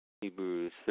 Hebrews